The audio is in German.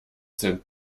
sind